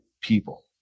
people